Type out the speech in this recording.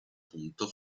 punto